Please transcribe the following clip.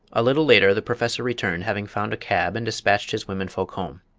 a little later the professor returned, having found a cab and despatched his women-folk home.